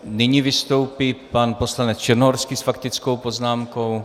Nyní vystoupí pan poslanec Černohorský s faktickou poznámkou.